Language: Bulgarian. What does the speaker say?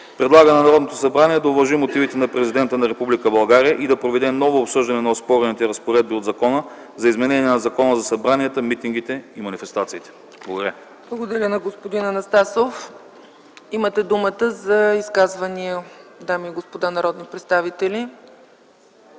Предлага на Народното събрание да уважи мотивите на Президента на Република България и да проведе ново обсъждане на оспорените разпоредби от Закона за изменение на Закона за събранията, митингите и манифестациите.” Благодаря. ПРЕДСЕДАТЕЛ ЦЕЦКА ЦАЧЕВА: Благодаря на господин Анастасов. Имате думата за изказвания, дами и господа народни представители.